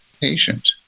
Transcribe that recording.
patient